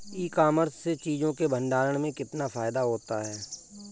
ई commerce में चीज़ों के भंडारण में कितना फायदा होता है?